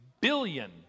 billion